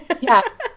Yes